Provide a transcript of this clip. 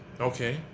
Okay